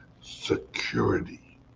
security